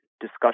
discussion